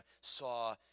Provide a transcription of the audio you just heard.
saw